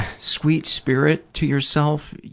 sweet spirit to yourself.